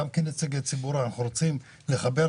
אנחנו צריכים לחזק